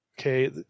Okay